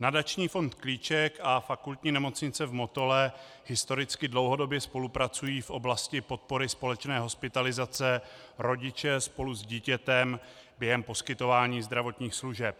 nadační fond Klíček a Fakultní nemocnice v Motole historicky dlouhodobě spolupracují v oblasti podpory společné hospitalizace rodiče spolu s dítětem během poskytování zdravotních služeb.